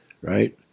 right